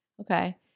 Okay